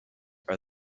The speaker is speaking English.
are